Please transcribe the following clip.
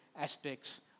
aspects